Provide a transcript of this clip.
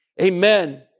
Amen